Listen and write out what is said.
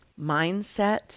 Mindset